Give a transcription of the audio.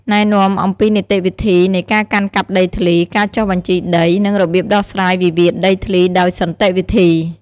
ណែនាំអំពីនីតិវិធីនៃការកាន់កាប់ដីធ្លី ការចុះបញ្ជីដី និងរបៀបដោះស្រាយវិវាទដីធ្លីដោយសន្តិវិធី។